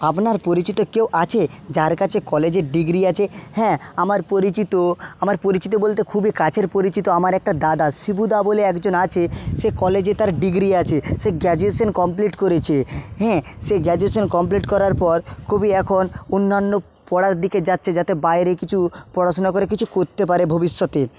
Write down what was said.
আপনার পরিচিত কেউ আছে যার কাছে কলেজের ডিগ্রি আছে হ্যাঁ আমার পরিচিত আমার পরিচিত বলতে খুবই কাছের পরিচিত আমার একটা দাদা শিবুদা বলে একজন আছে সে কলেজে তার ডিগ্রি আছে সে গ্রাজুয়েশন কমপ্লিট করেছে হ্যাঁ সে গ্রাজুয়েশন কমপ্লিট করার পর খুবই এখন অন্যান্য পড়ার দিকে যাচ্ছে যাতে বাইরে কিছু পড়াশুনা করে কিছু করতে পারে ভবিষ্যতে